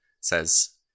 says